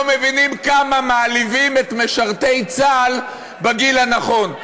לא מבינים כמה מעליבים את משרתי צה"ל בגיל הנכון,